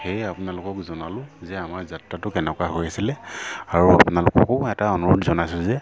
সেয়ে আপোনালোকক জনালোঁ যে আমাৰ যাত্ৰাটো কেনেকুৱা হৈ আছিলে আৰু আপোনালোককো এটা অনুৰোধ জনাইছোঁ যে